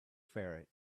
ferret